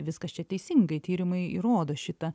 viskas čia teisingai tyrimai įrodo šitą